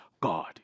God